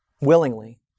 willingly